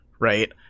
Right